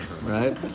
right